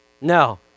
No